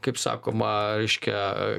kaip sakoma reiškia